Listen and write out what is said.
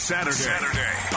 Saturday